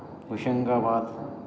Hoshangabad